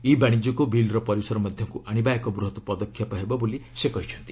ଇ ବାଶିଜ୍ୟକୁ ବିଲ୍ର ପରିସର ମଧ୍ୟକୁ ଆଶିବା ଏକ ବୃହତ୍ ପଦକ୍ଷେପ ବୋଲି ସେ କହିଚ୍ଚନ୍ତି